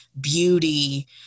beauty